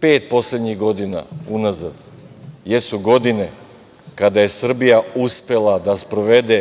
Pet poslednjih godina unazad jesu godine kada je Srbija uspela da sprovede